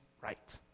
right